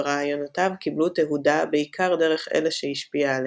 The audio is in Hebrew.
ורעיונותיו קיבלו תהודה בעיקר דרך אלה שהשפיע עליהם,